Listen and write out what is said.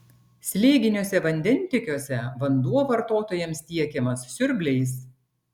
slėginiuose vandentiekiuose vanduo vartotojams tiekiamas siurbliais